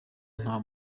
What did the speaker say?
nta